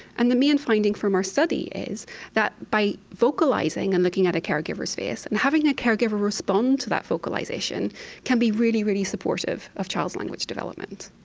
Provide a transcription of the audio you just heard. and the main finding from our study is that by vocalising and looking at a caregiver's face and having a caregiver respond to that vocalisation can be really, really supportive of a child's language development.